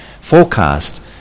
forecast